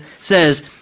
says